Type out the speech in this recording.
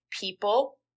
people